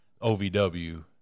OVW